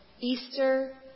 Easter